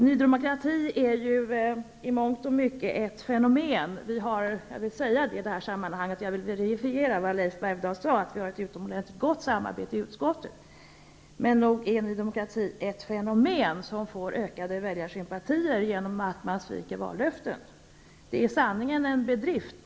Ny demokrati är ju i mångt och mycket ett fenomen. I det här sammanhanget vill jag verifiera vad Leif Bergdahl sade om att vi har ett utomordentligt gott samarbete i utskottet. Men nog är Ny demokrati ett fenomen som får ökade väljarsympatier genom att man sviker vallöften. Det är i sanning en bedrift.